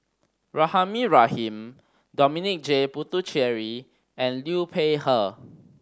Rahimah Rahim Dominic J Puthucheary and Liu Peihe